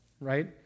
right